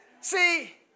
See